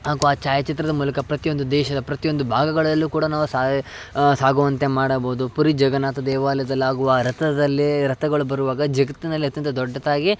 ಹಾಗೂ ಆ ಛಾಯಾಚಿತ್ರದ ಮೂಲಕ ಪ್ರತಿಯೊಂದು ದೇಶದ ಪ್ರತಿಯೊಂದು ಭಾಗಗಳಲ್ಲೂ ಕೂಡ ನಾವು ಸಾಯ ಸಾಗುವಂತೆ ಮಾಡಬೌದು ಪುರಿ ಜಗನ್ನಾಥ ದೇವಾಲಯದಲ್ಲಿ ಆಗುವ ರಥದಲ್ಲೇ ರಥಗಳು ಬರುವಾಗ ಜಗತ್ತಿನಲ್ಲಿ ಅತ್ಯಂತ ದೊಡ್ಡದಾಗಿ